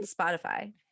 Spotify